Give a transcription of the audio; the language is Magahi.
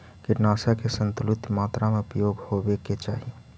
कीटनाशक के संतुलित मात्रा में उपयोग होवे के चाहि